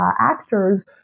actors